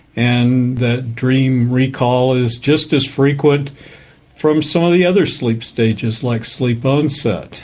and that dream recall is just as frequent from some of the other sleep stages, like sleep onset.